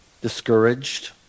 discouraged